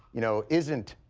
you know, isn't,